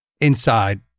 inside